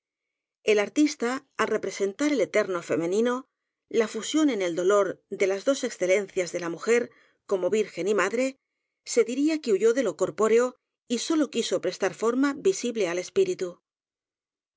el artista al representar el eterno femenino la fusión en el dolor de las dos excelencias de la mu jer como virgen y madre se diría que huyó de lo corpóreo y sólo quiso prestar forma visible al